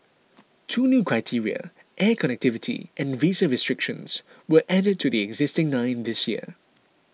two new criteria air connectivity and visa restrictions were added to the existing nine this year